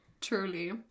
truly